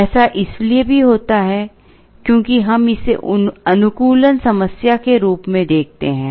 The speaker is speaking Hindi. ऐसा इसलिए भी होता है क्योंकि हम इसे अनुकूलन समस्या के रूप में देखते हैं